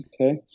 Okay